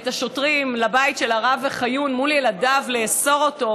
את השוטרים לבית של הרב חיון מול ילדיו לאסור אותו,